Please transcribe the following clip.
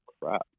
crap